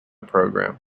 program